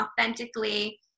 authentically